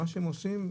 מה שהם עושים,